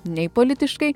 nei politiškai